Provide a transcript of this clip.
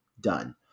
Done